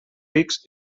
rics